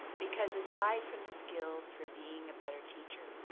because aside from the skills for being a better teacher,